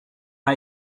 pas